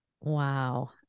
Wow